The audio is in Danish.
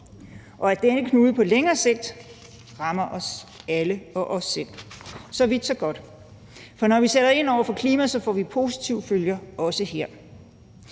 og at denne knude på længere sigt rammer os alle og os selv. Så vidt, så godt. For når vi sætter ind over for klimaudfordringer, får vi positive følger, også her.